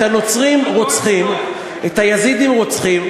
את הנוצרים רוצחים, את היזידים רוצחים.